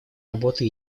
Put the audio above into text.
работы